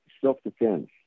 self-defense